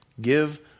Give